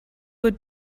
would